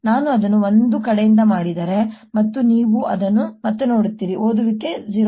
ನಾನು ಅದನ್ನು ಒಂದೇ ಕಡೆಯಿಂದ ಮಾಡಿದರೆ ಮತ್ತು ನೀವು ಅದನ್ನು ಮತ್ತೆ ನೋಡುತ್ತೀರಿ ಓದುವಿಕೆ 0